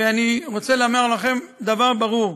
ואני רוצה לומר דבר ברור.